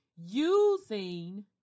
using